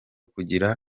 kugira